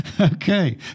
Okay